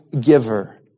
giver